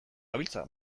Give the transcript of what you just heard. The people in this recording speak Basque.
gabiltza